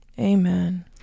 Amen